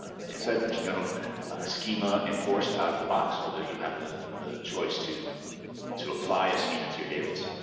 ah like i said, there's no schema enforced out of the box, although you have the the choice to to apply a schema to your database.